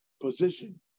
position